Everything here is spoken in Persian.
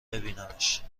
ببینمش